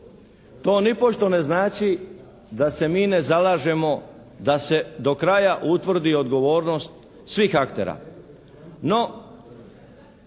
To nipošto ne znači da se mi ne zalažemo da se do kraja utvrdi odgovornost svih aktera.